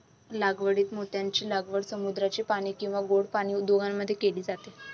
लागवडीत मोत्यांची लागवड समुद्राचे पाणी किंवा गोड पाणी दोघांमध्ये केली जाते